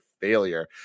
failure